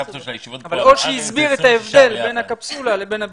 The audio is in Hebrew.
אבל אושי הסביר את ההבדל בין הקפסולה לבין הבידוד.